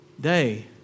day